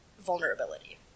vulnerability